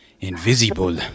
invisible